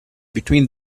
between